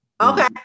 Okay